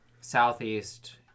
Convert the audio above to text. southeast